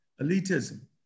elitism